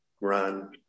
run